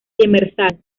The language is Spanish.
demersal